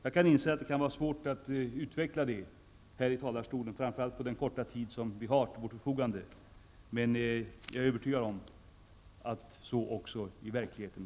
Jag inser att det är svårt att hinna utveckla det från kammarens talarstol, framför allt på den korta tid som vi har till vårt förfogande, men jag är övertygad om att så också sker i verkligheten.